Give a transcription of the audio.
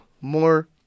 More